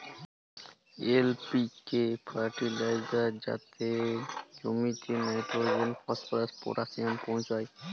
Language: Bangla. এল.পি.কে ফার্টিলাইজার যাতে জমিতে লাইট্রোজেল, ফসফরাস, পটাশিয়াম পৌঁছায়